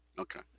okay